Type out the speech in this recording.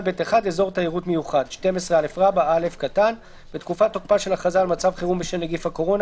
ב'1: אזור תיירות מיוחד הכרזה על אזור תיירות מיוחד 12א. (א)בתקופת תוקפה של הכרזה על מצב חירום בשל נגיף הקורונה